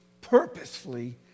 purposefully